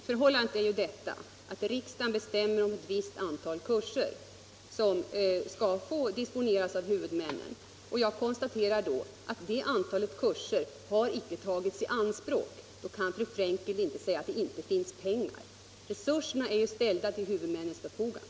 Herr talman! Sakförhållandet är detta: Riksdagen bestämmer om ett visst antal kurser som skall få disponeras av huvudmännen. Jag konstaterar då att det antalet kurser icke har tagits i anspråk. Då kan fru Frenkel inte säga att det inte finns pengar. Resurserna är ställda till huvudmännens förfogande.